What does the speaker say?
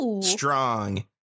strong